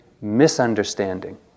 misunderstanding